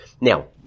Now